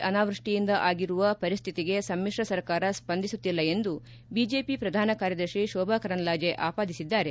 ಅನಾವೃಷ್ಟಿಯಿಂದ ಆಗಿರುವ ಪರಿಶ್ಧಿತಿಗೆ ಸಮ್ಮಿಶ್ರ ಸರ್ಕಾರ ಸ್ವಂದಿಸುತ್ತಿಲ್ಲ ಎಂದು ಬಿಜೆಪಿ ಪ್ರಧಾನ ಕಾರ್ಯದರ್ಶಿ ಶೋಭಾ ಕರಂದ್ಲಾಜೆ ಆಪಾದಿಸಿದ್ದಾರೆ